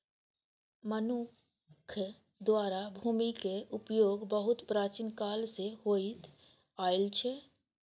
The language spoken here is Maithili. मनुक्ख द्वारा भूमिक उपयोग बहुत प्राचीन काल सं होइत आयल छै